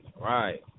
right